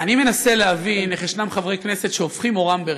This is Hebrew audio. אני מנסה להבין איך ישנם חברי כנסת שהופכים עורם ברגע.